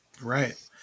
right